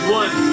one